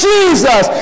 Jesus